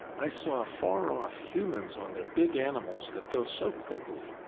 i saw, far off, humans on their big animals that go so quickly,